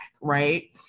right